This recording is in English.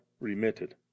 remitted